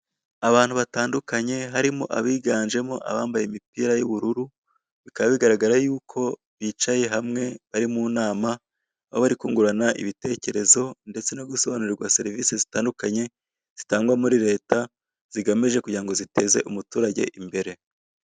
Abantu b'ingeri zitandukanye bicaye hamwe, bambaye imyenda y'ubururu. Bahanze amaso ahantu hamwe, nk'aho hari umuntu uri kubahugura ku bintu runaka.